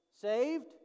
Saved